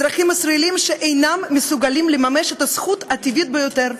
אזרחים ישראלים שאינם מסוגלים לממש את הזכות הטבעית ביותר,